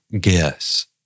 guess